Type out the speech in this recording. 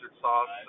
sauce